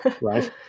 Right